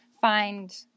find